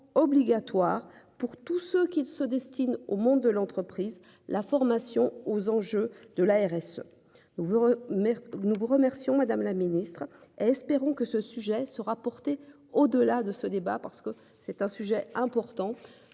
obligatoire pour tout ce qu'il se destine au monde de l'entreprise. La formation aux enjeux de l'ARS. Vous mais nous vous remercions. Madame la Ministre. Espérons que ce sujet sera portée au-delà de ce débat parce que c'est un sujet important